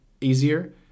easier